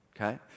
okay